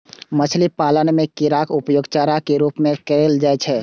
मछली पालन मे कीड़ाक उपयोग चारा के रूप मे कैल जाइ छै